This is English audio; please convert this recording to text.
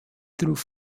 through